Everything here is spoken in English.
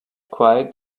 quiet